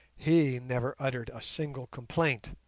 he never uttered a single complaint.